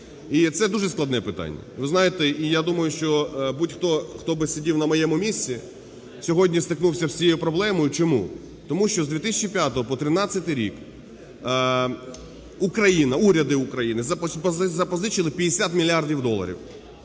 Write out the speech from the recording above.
І це дуже складне питання. Ви знаєте, я думаю, що будь-хто, хто б не сидів на моєму місці, сьогодні стикнувся б з цією проблемою. Чому? Тому що з 2005 по 13-й рік Україна, уряди України запозичили 50 мільярдів доларів.